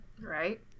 right